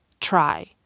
try